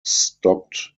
stopped